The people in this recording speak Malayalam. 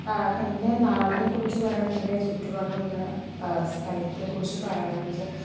എൻ്റെ നാടിനെക്കുറിച്ച് പറയുകയാണെങ്കിൽ എൻ്റെ ചുറ്റുപാടുമുള്ള സ്ഥലത്തെക്കുറിച്ച് പറയാനാണെന്ന് വെച്ചാൽ